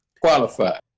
qualified